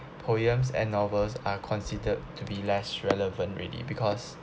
poems and novels are considered to be less relevant already because